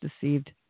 deceived